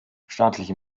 staatliche